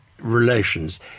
relations